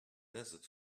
desert